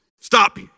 Stop